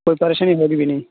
کوئی پریشانی ہوگی بھی نہیں